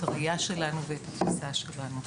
את הראיה שלנו ואת התפיסה שלנו.